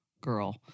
girl